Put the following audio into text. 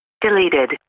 deleted